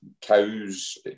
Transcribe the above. cows